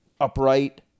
Upright